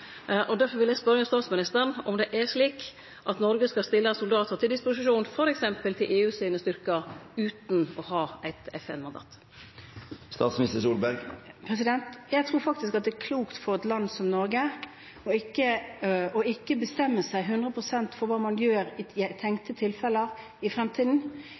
Derfor vil eg spørje statsministeren om det er slik at Noreg skal stille soldatar til disposisjon, t.d. til EU sine styrkar, utan å ha eit FN-mandat. Jeg tror faktisk at det er klokt for et land som Norge ikke å bestemme seg 100 pst. for hva man gjør i tenkte tilfeller i fremtiden.